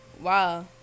Wow